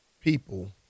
people